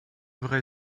vrai